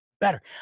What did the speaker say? better